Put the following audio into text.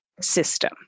system